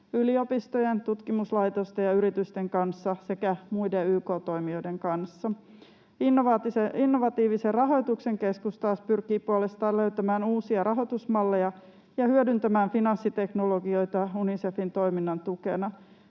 yliopistojen, tutkimuslaitosten ja yritysten kanssa sekä muiden YK-toimijoiden kanssa. Innovatiivisen rahoituksen keskus pyrkii puolestaan löytämään uusia rahoitusmalleja ja hyödyntämään finanssiteknologioita Unicefin toiminnan tukena.